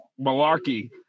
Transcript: malarkey